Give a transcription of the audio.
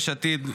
יש עתיד,